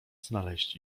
znaleźć